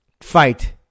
fight